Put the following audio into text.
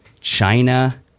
China